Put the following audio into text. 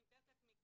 אני מתארת לעצמי,